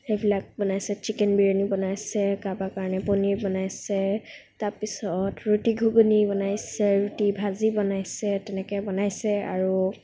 সেইবিলাক বনাইছে চিকেন বিৰিয়ানী বনাইছে কাৰোবাৰ কাৰণে পনীৰ বনাইছে তাৰপিছত ৰুটী ঘুগুনী বনাইছে ৰুটী ভাজি বনাইছে তেনেকৈ বনাইছে আৰু